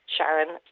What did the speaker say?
Sharon